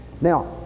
Now